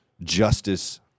justice